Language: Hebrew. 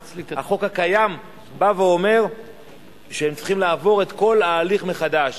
החוק הקיים בא ואומר שהם צריכים לעבור את כל ההליך מחדש.